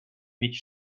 mieć